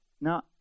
Now